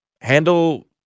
handle